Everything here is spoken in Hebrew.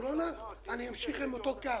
ובקורונה אני אמשיך עם אותו קו.